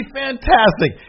fantastic